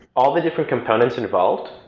all the different components involved,